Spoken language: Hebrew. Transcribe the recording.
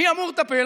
מי אמור לטפל?